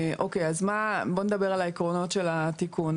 אז בואו נדבר על העקרונות של התיקון.